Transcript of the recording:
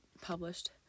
Published